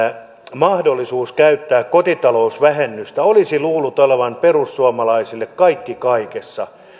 mahdollisuuden käyttää kotitalousvähennystä olisi luullut olevan perussuomalaisille kaikki kaikessa